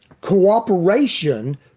cooperation